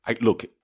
Look